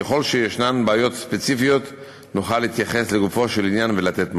ככל שישנן בעיות ספציפיות נוכל להתייחס לגופו של עניין ולתת מענה.